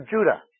Judah